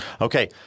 Okay